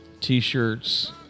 T-shirts